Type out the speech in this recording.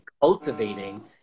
cultivating